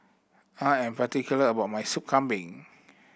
I am particular about my Soup Kambing